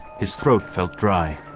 his throat felt dry,